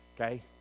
okay